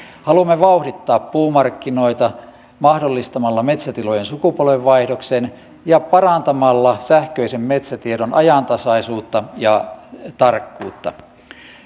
haluamme vauhdittaa puumarkkinoita mahdollistamalla metsätilojen sukupolvenvaihdoksen ja parantamalla sähköisen metsätiedon ajantasaisuutta ja tarkkuutta